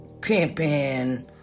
pimping